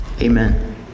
amen